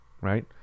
right